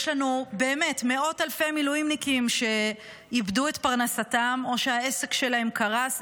יש לנו מאות אלפי מילואימניקים שאיבדו את פרנסתם או שהעסק שלהם קרס,